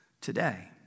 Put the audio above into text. today